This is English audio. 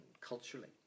culturally